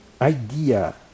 idea